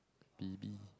t_b